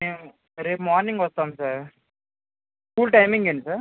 మేం రేపు మార్కింగ్ వస్తాం సార్ స్కూల్ టైమింగ్ ఏంటి సార్